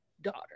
daughter